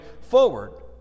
forward